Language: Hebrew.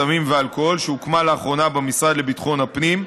סמים ואלכוהול שהוקמה לאחרונה במשרד לביטחון הפנים.